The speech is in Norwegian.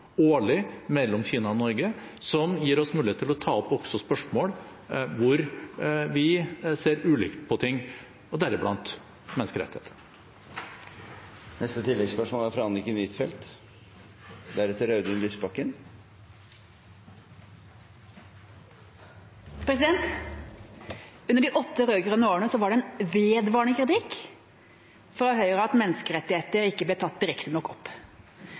årlig mellom Kina og Norge, noe som gir oss mulighet til å ta opp også spørsmål hvor vi ser ulikt på ting, deriblant menneskerettigheter. Anniken Huitfeldt – til oppfølgingsspørsmål. Under de åtte rød-grønne årene var det en vedvarende kritikk fra Høyre at menneskerettigheter ikke ble tatt direkte nok opp.